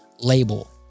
label